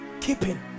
keeping